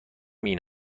این